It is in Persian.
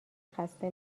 خسته